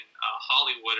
Hollywood